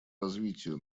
развитию